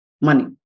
money